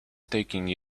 taking